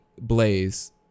Blaze